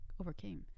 overcame